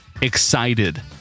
excited